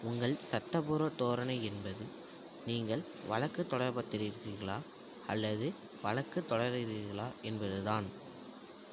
உங்கள் சட்டப்பூர்வ தோரணை என்பது நீங்கள் வழக்குத் தொடர்பு தெருவிக்கிறீர்களா அல்லது வழக்குத் தொடருகிறீர்களா என்பதுதான்